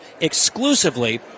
exclusively